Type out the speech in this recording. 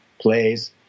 Plays